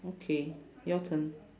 okay your turn